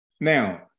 Now